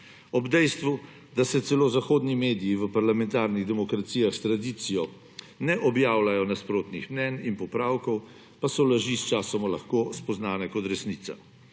Ob dejstvu, da celo zahodni mediji v parlamentarnih demokracijah s tradicijo ne objavljajo nasprotnih mnenj in popravkov, pa so laži sčasoma lahko spoznane kot resnica.